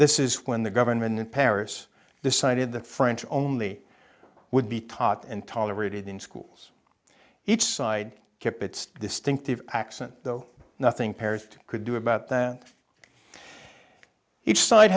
this is when the government in paris decided that french only would be htat and tolerated in schools each side kept its distinctive accent though nothing parents could do about that each side